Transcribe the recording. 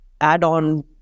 add-on